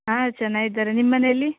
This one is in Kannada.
ಹಾಂ ಚೆನ್ನಾಗಿದ್ದಾರೆ ನಿಮ್ಮ ಮನೆಯಲ್ಲಿ